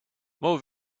more